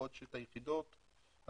בעוד שאת היחידות הוותיקות,